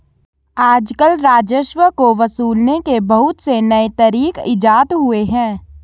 आजकल राजस्व को वसूलने के बहुत से नये तरीक इजात हुए हैं